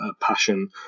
passion